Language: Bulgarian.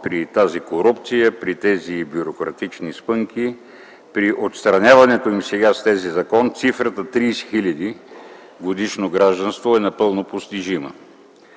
– при тази корупция, при тези бюрократични спънки, то при отстраняването им сега с този закон цифрата 30 000 годишно гражданство е напълно постижима.